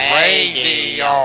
radio